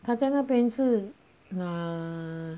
他在那边是那